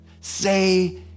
Say